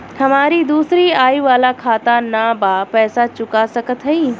हमारी दूसरी आई वाला खाता ना बा पैसा चुका सकत हई?